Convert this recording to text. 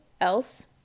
else